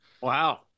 Wow